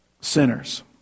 sinners